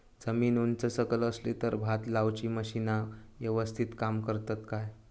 जमीन उच सकल असली तर भात लाऊची मशीना यवस्तीत काम करतत काय?